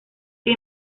que